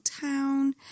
town